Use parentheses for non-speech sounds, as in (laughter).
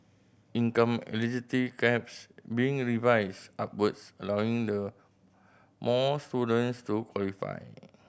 income (unintelligible) caps be revised upwards allowing the more students to qualify